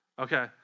Okay